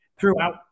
throughout